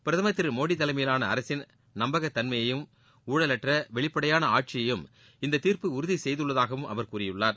பிரதமா் திரு மோடி தலைமையிலான அரசின் நம்பகத்தன்மையையும் ஊழலற்ற வெளிப்படையான ஆட்சியையும் இந்த தீர்ப்பு உறுதி செய்துள்ளதாகவும் அவர் கூறியுள்ளார்